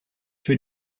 für